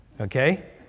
Okay